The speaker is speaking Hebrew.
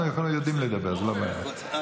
אנחנו יודעים לדבר, זה לא בעיה.